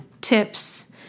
tips